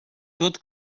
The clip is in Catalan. tot